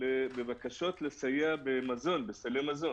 בבקשות לסייע בסלי מזון